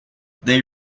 they